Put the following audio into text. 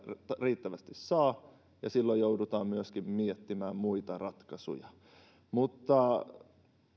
riittävästi saa ja silloin joudutaan miettimään myöskin muita ratkaisuja